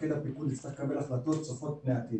מפקד הפיקוד יצטרך לקבל החלטות צופות פני עתיד.